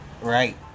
Right